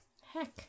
Heck